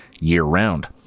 year-round